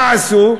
מה עשו?